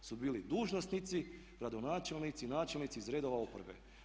85% su bili dužnosnici, gradonačelnici, načelnici iz redova oporbe.